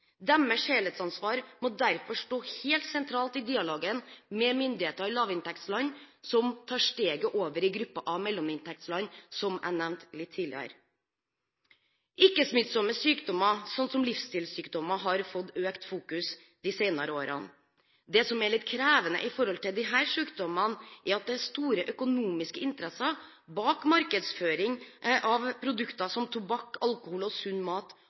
Deres helhetsansvar må derfor stå helt sentralt i dialogen med myndigheter i lavinntektsland som tar steget over i gruppen av mellominntektsland, som jeg nevnte litt tidligere. Ikke-smittsomme sykdommer, som livsstilssykdommer, har fått økt oppmerksomhet de senere årene. Det som er litt krevende med disse sykdommene, er at det er store økonomiske interesser bak markedsføring av produkter som tobakk, alkohol og usunn mat,